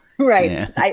right